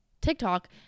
tiktok